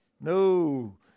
No